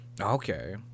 Okay